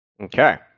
Okay